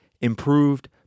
improved